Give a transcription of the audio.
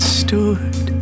stood